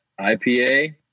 IPA